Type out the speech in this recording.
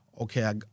okay